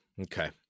okay